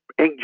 inkjet